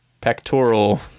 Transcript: pectoral